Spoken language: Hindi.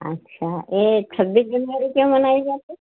अच्छा ये छब्बीस जनवरी क्यों मनाई जाती